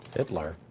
fitler?